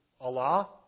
Allah